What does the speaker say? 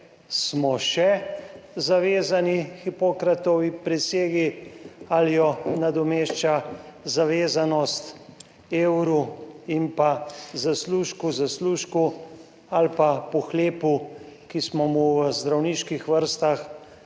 smo še zavezani Hipokratovi prisegi ali jo nadomešča zavezanost evru in zaslužku ali pa pohlepu, ki smo mu v zdravniških vrstah